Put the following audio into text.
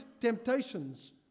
temptations